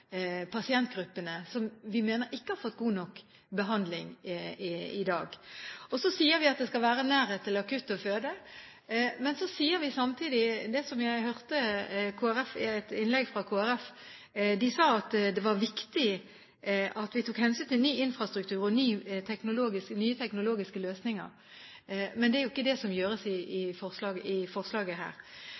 pasientgruppene som vi mener ikke har fått god nok behandling i dag. Så sier vi at det skal være nærhet til akutt og føde. Men så sier vi samtidig det som jeg hørte i et innlegg fra Kristelig Folkeparti, de sa at det var viktig at vi tok hensyn til ny infrastruktur og nye teknologiske løsninger. Men det er jo ikke det som gjøres i forslaget her.